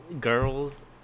girls